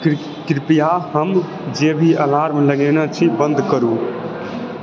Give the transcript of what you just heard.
कृपया हम जे भी अलार्म लगेने छी बन्द करू